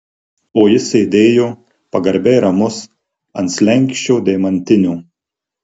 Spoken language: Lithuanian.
o jis sėdėjo pagarbiai ramus ant slenksčio deimantinio